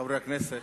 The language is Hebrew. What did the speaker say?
חברי הכנסת,